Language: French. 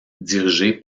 dirigé